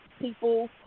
people –